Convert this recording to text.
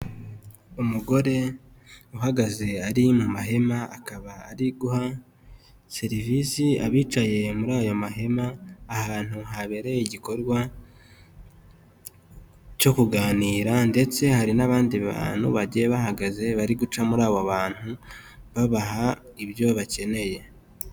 Umugore uhagaze ari mu mahema, akaba ari guha serivisi abicaye muri ayo mahema ahantu habereye igikorwa cyo kuganira, ndetse hari n'abandi bantu bagiye bahagaze bari guca muri aba bantu babaha ibyo bakeneye.